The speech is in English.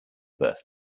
birth